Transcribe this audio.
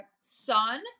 sun